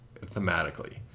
Thematically